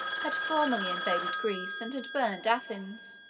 had formerly invaded greece and had burned athens,